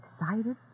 excited